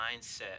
mindset